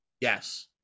Yes